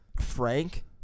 Frank